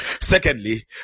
Secondly